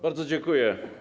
Bardzo dziękuję.